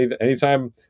Anytime